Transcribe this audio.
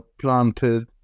planted